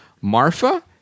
Marfa